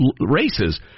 races